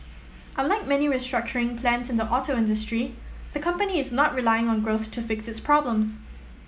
unlike many restructuring plans in the auto industry the company is not relying on growth to fix its problems